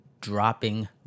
dropping